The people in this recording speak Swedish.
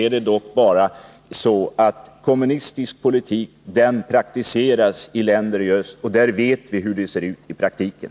Kommunistisk politik praktiseras i länder i öst, och där vet vi hur det ser ut i praktiken.